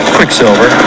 Quicksilver